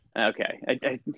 Okay